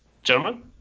Gentlemen